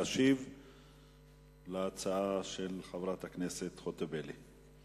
להשיב על ההצעה של חברת הכנסת חוטובלי.